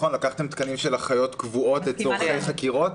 לקחתם תקנים של אחיות קבועות צורכי חקירות,